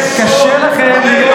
קשה לכם, זה שוד.